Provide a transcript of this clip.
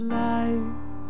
life